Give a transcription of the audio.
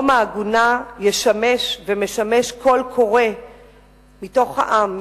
יום העגונה ישמש ומשמש קול קורא מתוך העם,